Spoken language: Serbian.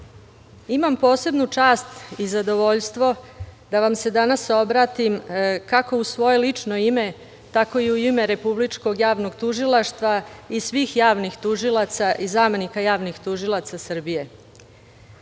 imam posebnu čast i zadovoljstvo da vam se danas obratim, kako u svoje lično ime, tako i u ime Republičkog javnog tužilaštva i svih javnih tužilaca i zamenika javnih tužilaca Srbije. Biti